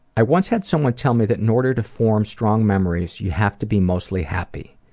i once had someone tell me that in order to form strong memories, you have to be mostly happy.